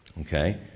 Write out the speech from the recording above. Okay